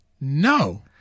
No